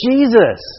Jesus